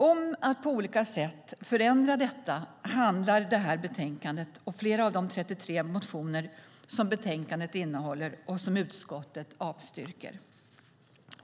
Om att på olika sätt förändra det handlar detta betänkande, liksom flera av de 33 motioner som behandlas i betänkandet och som utskottet avstyrker.